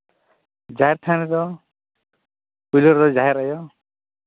ᱡᱟᱦᱮᱨ ᱛᱷᱟᱱ ᱨᱮᱫᱚ ᱯᱳᱭᱞᱳ ᱨᱮᱫᱚ ᱡᱟᱦᱮᱨ ᱟᱭᱳ